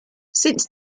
since